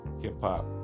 hip-hop